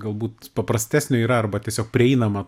galbūt paprastesnio yra arba tiesiog prieinama